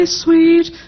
sweet